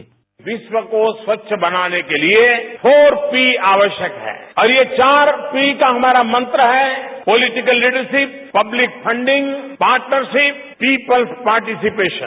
bite विश्व को स्वच्छ बनाने के लिए फोर पी आवश्यक है और ये चार पी का हमारा मंत्र है political leadership public funding partnership people's participation